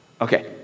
Okay